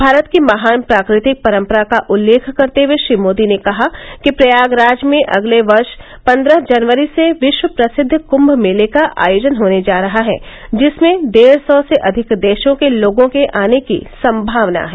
भारत की महान प्रकृतिक परंपरा का उल्लेख करते हए श्री मोदी ने कहा कि प्रयागराज में अगले वर्ष पंद्रह जनवरी से विश्व प्रसिद्ध कुंभ मेले का आयोजन होने जा रहा है जिसमें डेढ़ सौ से अधिक देशों के लोगों के आने की संभावना है